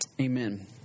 amen